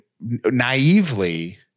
naively